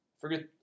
forget